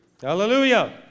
Hallelujah